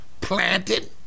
planted